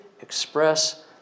express